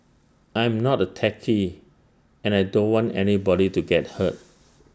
I am not A techie and I don't want anybody to get hurt